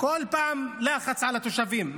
כל פעם מפעילים לחץ על התושבים,